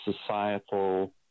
societal